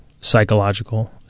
psychological